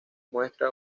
muestra